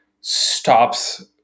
stops